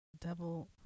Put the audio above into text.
devil